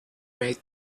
made